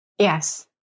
Yes